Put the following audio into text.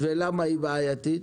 ולמה היא בעייתית?